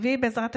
גם הרביעי ישרת,